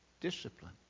Discipline